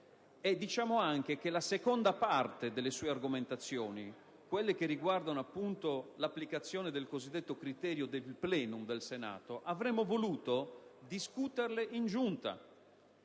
Camera. La seconda parte delle sue argomentazioni, quelle che riguardano appunto l'applicazione del cosiddetto criterio del *plenum* del Senato, avremmo voluto discuterla in Giunta,